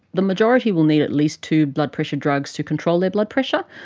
the majority will need at least two blood pressure drugs to control their blood pressure.